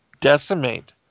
decimate